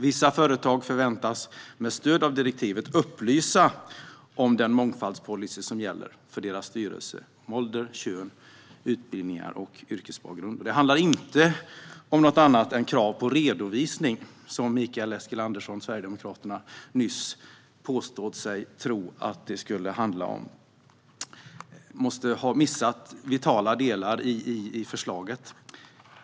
Vissa företag förväntas med stöd av direktivet upplysa om den mångfaldspolicy som gäller för deras styrelse i fråga om ålder, kön, utbildningar och yrkesbakgrund. Det handlar inte om någonting annat än krav på redovisning, som Mikael Eskilandersson från Sverigedemokraterna nyss påstod sig tro att det skulle handla om. Han måste ha missat vitala delar i förslaget.